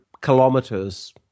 kilometers